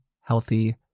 healthy